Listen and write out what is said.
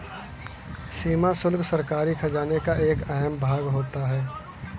सीमा शुल्क सरकारी खजाने का एक अहम भाग होता है